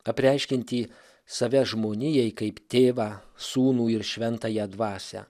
apreiškiantį save žmonijai kaip tėvą sūnų ir šventąją dvasią